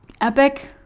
epic